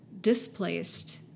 displaced